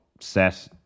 set